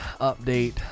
update